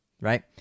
right